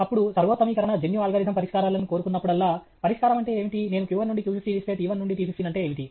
అప్పుడు సర్వోత్తమీకరణ జన్యు అల్గోరిథం పరిష్కారాలను కోరుకున్నప్పుడల్లా పరిష్కారం అంటే ఏమిటి నేను q1 నుండి q15 ఇస్తే t1 నుండి t15 అంటే ఏమిటి